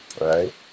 right